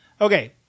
Okay